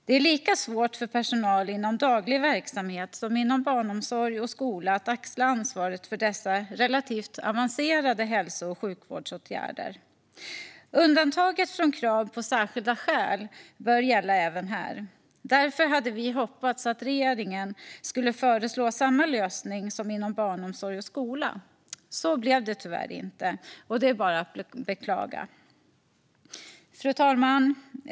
Det är lika svårt för personal inom daglig verksamhet som inom barnomsorg och skola att axla ansvaret för dessa relativt avancerade hälso och sjukvårdsåtgärder. Undantaget från krav på särskilda skäl bör gälla även här. Därför hade vi hoppats att regeringen skulle föreslå samma lösning som inom barnomsorg och skola. Så blev det tyvärr inte, och det är bara att beklaga. Fru talman!